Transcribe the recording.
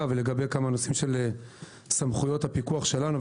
ולגבי כמה נושאים של סמכויות הפיקוח שלנו,